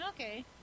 Okay